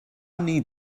need